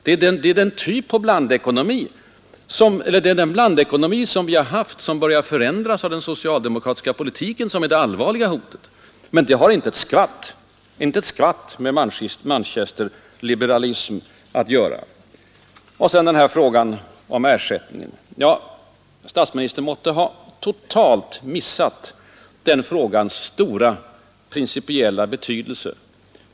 Att den blandekonomi som vi har haft börjar urholkas av den socialdemokratiska politiken det är det som utgör det allvarliga hotet, men detta konstaterande har inte ett skvatt med manchesterliberalism att göra Sedan frågan om ersättning. Statsministern måtte ha totalt missat frågans stora principiella betydelse.